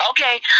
Okay